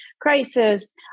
crisis